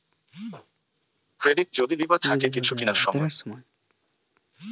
credit যদি লিবার থাকে কিছু কিনার সময়